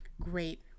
Great